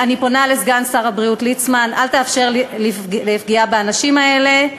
אני פונה לסגן שר הבריאות ליצמן: אל תאפשר פגיעה באנשים האלה.